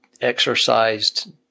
exercised